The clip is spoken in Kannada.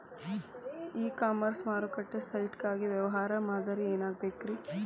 ಇ ಕಾಮರ್ಸ್ ಮಾರುಕಟ್ಟೆ ಸೈಟ್ ಗಾಗಿ ವ್ಯವಹಾರ ಮಾದರಿ ಏನಾಗಿರಬೇಕ್ರಿ?